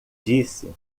disse